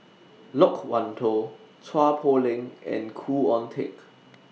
Loke Wan Tho Chua Poh Leng and Khoo Oon Teik